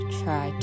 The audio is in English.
try